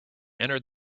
entered